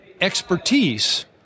expertise